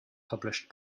published